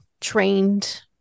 trained